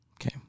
Okay